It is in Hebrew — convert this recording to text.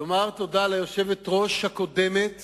לומר תודה ליושבת-ראש הקודמת